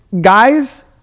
guys